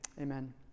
Amen